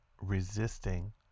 resisting